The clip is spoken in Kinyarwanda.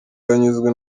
yanyuzwe